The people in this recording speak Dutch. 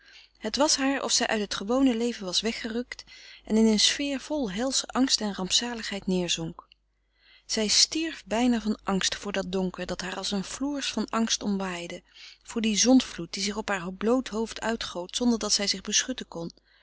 het was haar of zij uit het gewone leven was weggerukt en in een sfeer vol helsche angst en rampzaligheid neêrzonk zij stierf bijna van angst voor dat donker dat haar als een floers van angst omwaaide voor dien zondvloed die zich op haar bloot hoofd uitgoot zonder dat zij zich beschutten kon